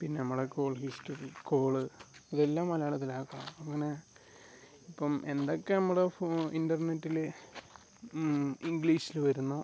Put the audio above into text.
പിന്നെ നമ്മളെ call history call അതെല്ലാം മലയാളത്തിലാക്കാം അങ്ങനെ ഇപ്പം എന്തൊക്കെ നമ്മുടെ ഇൻ്റർനെറ്റിൽ ഇംഗ്ലീഷ്ൽ വരുന്നു